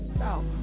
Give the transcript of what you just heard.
out